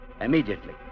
immediately